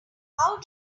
how